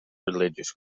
religious